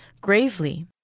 Gravely